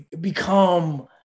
become